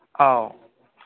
ꯑꯧ